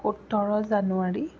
সোতৰ জানুৱাৰী